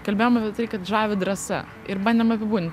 kalbėjome apie tai kad žavi drąsa ir bandėm apibūdint